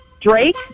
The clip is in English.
Drake